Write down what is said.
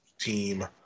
team